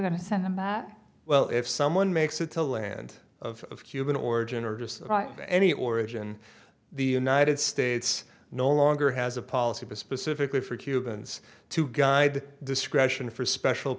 going to send them back well if someone makes it to land of cuban origin or just any origin the united states no longer has a policy to specifically for cubans to guide discretion for special